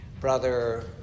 Brother